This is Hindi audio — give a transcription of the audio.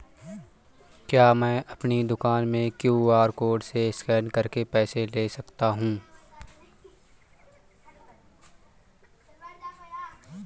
क्या मैं अपनी दुकान में क्यू.आर कोड से स्कैन करके पैसे ले सकता हूँ?